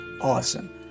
awesome